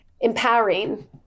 empowering